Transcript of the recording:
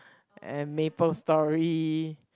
and Maplestory